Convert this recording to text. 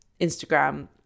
Instagram